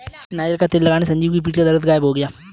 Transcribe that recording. niger तेल लगाने से संजीव का पीठ दर्द गायब हो गया